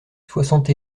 soixante